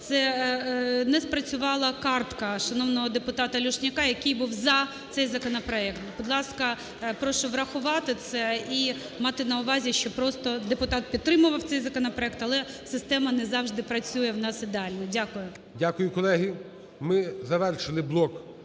не спрацювала картка шановного депутата Люшняка, який був за цей законопроект. Будь ласка, прошу врахувати це і мати на увазі, що просто депутат підтримував цей законопроект, але система не завжди працює у нас ідеально. Дякую. ГОЛОВУЮЧИЙ. Дякую. Колеги, ми завершили блок